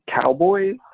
cowboys